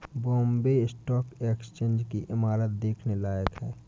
Bombay stock exchange की इमारत देखने लायक है